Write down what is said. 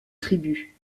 tribut